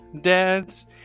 dads